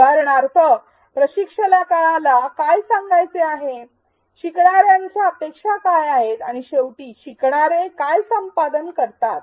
उदाहरणार्थ प्रशिक्षकाला काय सांगायचे होते शिकणार्यांच्या अपेक्षा काय आहेत आणि शेवटी शिकणारे काय संपादन करतात